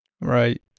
Right